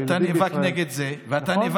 ואתה נאבק נגד זה.